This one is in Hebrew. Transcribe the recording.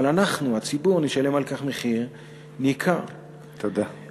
אבל אנחנו, הציבור, נשלם על כך מחיר ניכר, תודה.